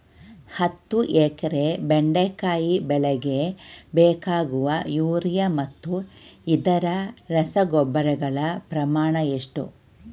ಹತ್ತು ಎಕರೆ ಬೆಂಡೆಕಾಯಿ ಬೆಳೆಗೆ ಬೇಕಾಗುವ ಯೂರಿಯಾ ಮತ್ತು ಇತರೆ ರಸಗೊಬ್ಬರಗಳ ಪ್ರಮಾಣ ಎಷ್ಟು?